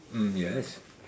mm yes